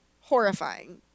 horrifying